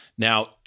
Now